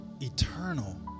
eternal